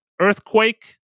Earthquake